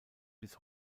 bis